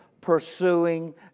pursuing